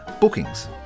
bookings